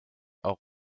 auch